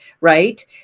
right